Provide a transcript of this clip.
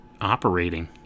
operating